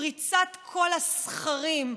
פריצת כל הסכרים,